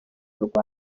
rwanda